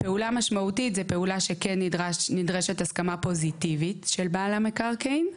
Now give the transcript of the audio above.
פעולה משמעותית זו פעולה שבה כן נדרשת הסכמה פוזיטיבית של בעל המקרקעין.